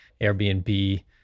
airbnb